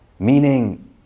Meaning